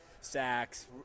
sacks